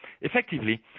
effectively